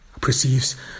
perceives